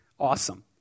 Awesome